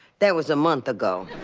that was a month ago.